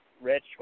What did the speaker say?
Rich